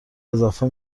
اضافه